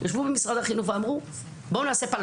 ישבו במשרד החינוך ואמרו בואו נעשה פיילוט.